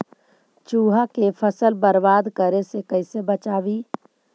चुहा के फसल बर्बाद करे से कैसे बचाबी?